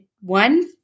one